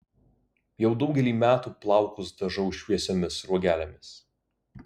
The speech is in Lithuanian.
jau daugelį metų plaukus dažau šviesiomis sruogelėmis